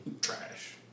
Trash